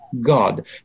God